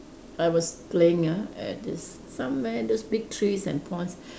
I was playing ah at this somewhere those big trees and ponds